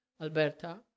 Alberta